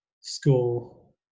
school